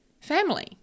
family